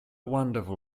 wonderful